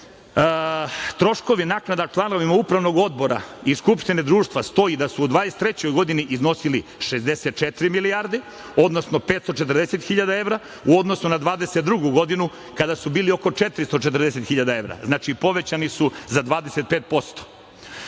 napomeni, troškovi naknada članovima Upravnog odbora iz Skupštine društva stoji da su u 2023. godini iznosili 64 milijarde, odnosno 540 hiljada evra u odnosu na 2022. godinu kada su bili oko 444 hiljada evra. Znači, povećani su za